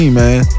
man